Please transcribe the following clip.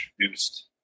introduced